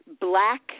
black